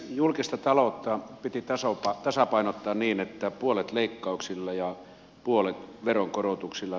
julkista taloutta piti tasapainottaa niin että puolet leikkauksilla ja puolet veronkorotuksilla